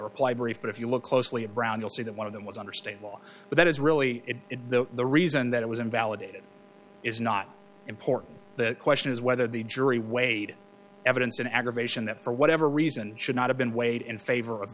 reply brief but if you look closely at brown you'll see that one of them was under state law but that is really the the reason that it was invalidated is not important the question is whether the jury weighed evidence in aggravation that for whatever reason should not have been weighed in favor of